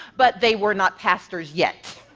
but they were not pastors yet.